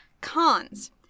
Cons